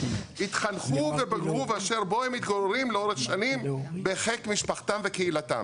התחנכו ובגרו ואשר בו הם מתגוררים לאורך שנים בחיק משפחתם וקהילתם.